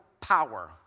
power